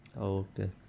Okay